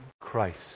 Christ